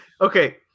Okay